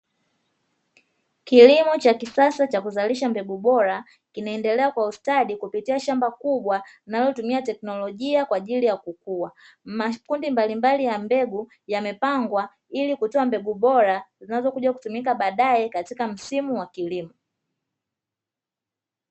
Kilimo cha kisasa cha kuzalisha mbegu bora kinaendelea kwa ustadi kupitia shamba kubwa, linalotumia teknolojia kwa ajili ya kukua. Makundi mbalimbali ya mbegu yamepangwa ili kutoa mbegu bora zinazokuja kutumika baadaye katika msimu wa kilimo.